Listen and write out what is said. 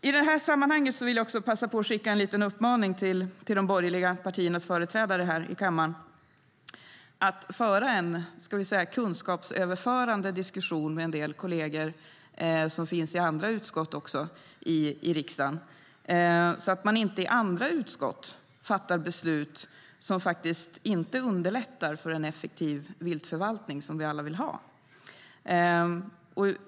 I sammanhanget vill jag också passa på att skicka en liten uppmaning till de borgerliga partiernas företrädare här i kammaren att föra en kunskapsöverförande diskussion med en del kolleger som finns i andra utskott i riksdagen så att man inte där fattar beslut som inte underlättar den effektiva viltförvaltning som vi alla vill ha.